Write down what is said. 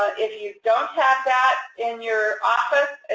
but if you don't have that in your office,